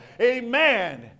Amen